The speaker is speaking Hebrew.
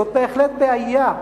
זאת בהחלט בעיה,